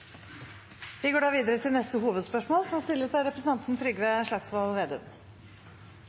Vi går videre til neste hovedspørsmål.